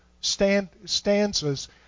stanzas